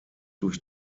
durch